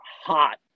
hot